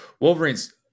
Wolverines